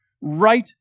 right